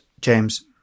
James